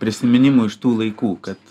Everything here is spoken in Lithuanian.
prisiminimų iš tų laikų kad